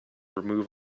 remove